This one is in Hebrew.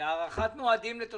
הארכת מועדים לזכאויות של